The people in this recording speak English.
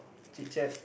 chit-chat